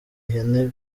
ihene